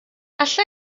alla